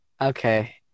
Okay